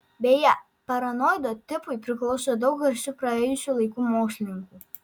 beje paranoido tipui priklauso daug garsių praėjusių laikų mokslininkų